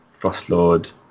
Frostlord